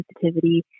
sensitivity